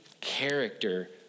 character